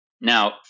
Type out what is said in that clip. Now